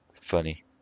Funny